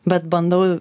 bet bandau